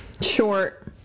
short